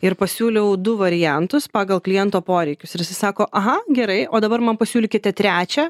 ir pasiūliau du variantus pagal kliento poreikius ir jisai išsisako aha gerai o dabar man pasiūlykite trečią